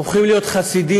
הופכים להיות חסידים,